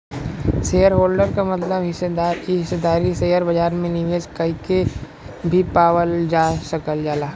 shareholder क मतलब हिस्सेदार इ हिस्सेदारी शेयर बाजार में निवेश कइके भी पावल जा सकल जाला